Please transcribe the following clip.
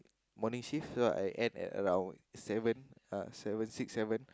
morning shift so I end at around seven uh seven six seven